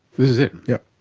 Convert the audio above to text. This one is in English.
this is it? yep.